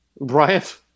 Bryant